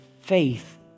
faith